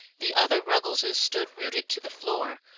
the other ruggleses stood rooted to the floor.